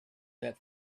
that